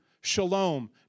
shalom